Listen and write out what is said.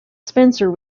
spencer